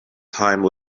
time